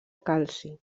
calci